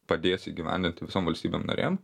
padės įgyvendinti visom valstybėm narėm